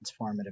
transformative